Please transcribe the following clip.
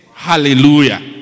Hallelujah